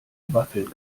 waffeln